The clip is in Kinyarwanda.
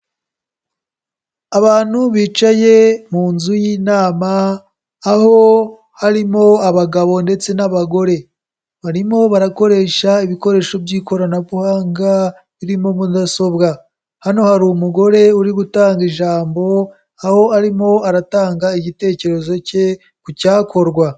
Abantu bicaye mu nzu y'inama aho harimo abagabo ndetse n'abagore. Barimo barakoresha ibikoresho by'ikoranabuhanga birimo mudasobwa. Hano hari umugore uri gutanga ijambo, aho arimo aratanga igitekerezo cye ku cyakorwa.